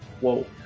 Whoa